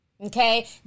okay